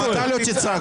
גם אתה לא תצעק.